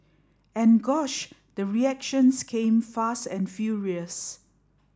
and gosh the reactions came fast and furious